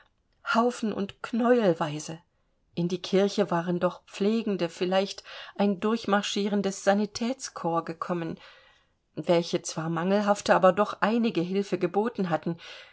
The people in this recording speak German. haufen und knäuelweise in die kirche waren doch pflegende vielleicht ein durchmarschierendes sanitätskorps gekommen welche zwar mangelhafte aber doch einige hilfe geboten hatten